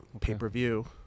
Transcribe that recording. pay-per-view